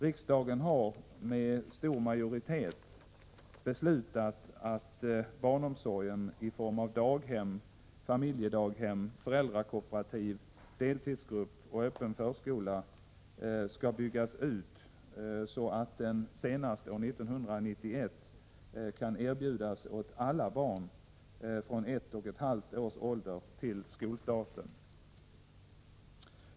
Riksdagen har med stor majoritet beslutat att barnomsorgen i form av daghem, familjedaghem, föräldrakooperativ, deltidsgrupp och öppen förskola skall byggas ut så att den senast år 1991 kan erbjudas åt alla barn från ett och ett halvt års ålder till skolstarten.